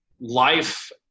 life